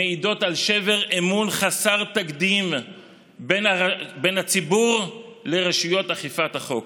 מעידות על שבר אמון חסר תקדים בין הציבור לרשויות אכיפת החוק.